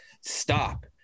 stop